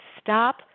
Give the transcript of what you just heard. stop